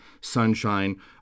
sunshine